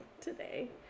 today